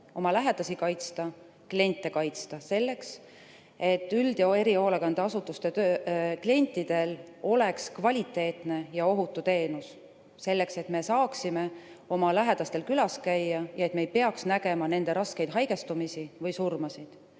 oma lähedasi kaitsta, kliente kaitsta selleks, et üld- ja erihoolekande asutuste klientidel oleks kvaliteetne ja ohutu teenus, et me saaksime oma lähedastel külas käia ja et me ei peaks nägema nende raskeid haigestumisi või surmasid.